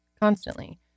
constantly